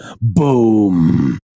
boom